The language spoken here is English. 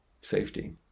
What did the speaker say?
safety